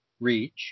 reach